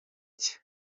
cye